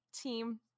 team